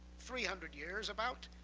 three hundred years, about.